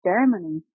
Germany